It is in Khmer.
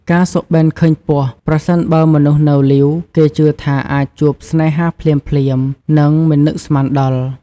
ការសុបិនឃើញពស់ ប្រសិនបើមនុស្សនៅលីវ គេជឿថាអាចជួបស្នេហាភ្លាមៗ និងមិននឹកស្មានដល់។